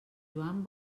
joan